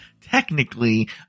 technically